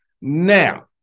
Now